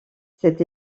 cet